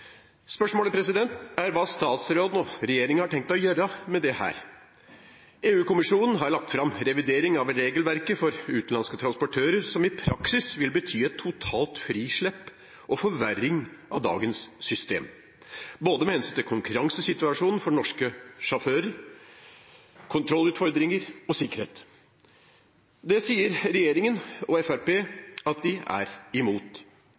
Spørsmålet er hva statsråden og regjeringen har tenkt å gjøre med dette. EU-kommisjonen har lagt fram revidering av regelverket for utenlandske transportører, noe som i praksis vil bety et totalt frislepp og forverring av dagens system med hensyn både til konkurransesituasjonen for norske sjåfører, kontrollutfordringer og sikkerhet. Det sier regjeringen og Fremskrittspartiet at de er imot.